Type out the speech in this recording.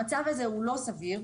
המצב הזה הוא לא סביר.